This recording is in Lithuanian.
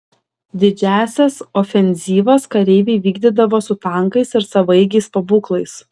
didžiąsias ofenzyvas kareiviai vykdydavo su tankais ir savaeigiais pabūklais